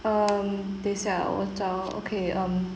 um 等下我找 okay um